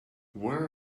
where